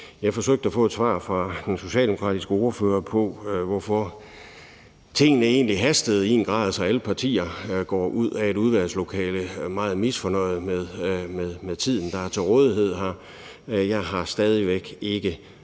Jeg forsøgte at få et svar fra den socialdemokratiske ordfører på, hvorfor tingene egentlig hastede i en grad, så alle partier går ud af et udvalgslokale og er meget misfornøjede med tiden, der er til rådighed her. Jeg har stadig væk ikke